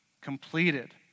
completed